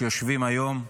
שיושבים היום,